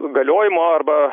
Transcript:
galiojimo arba